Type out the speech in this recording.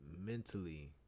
mentally